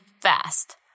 fast